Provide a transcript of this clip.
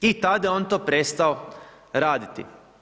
I tada je on to prestao raditi.